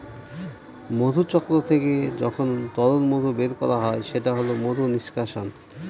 মধুচক্র থেকে যখন তরল মধু বের করা হয় সেটা হল মধু নিষ্কাশন